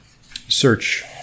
search